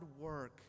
work